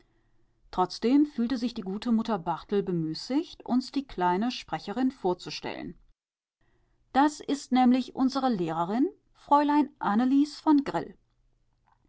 trotzdem fühlte sich die gute mutter barthel bemüßigt uns die kleine sprecherin vorzustellen das ist nämlich unsere lehrerin fräulein annelies von